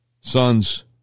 son's